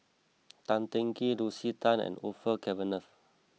Tan Teng Kee Lucy Tan and Orfeur Cavenagh